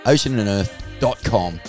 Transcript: OceanAndEarth.com